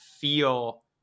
feel